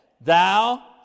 thou